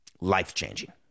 life-changing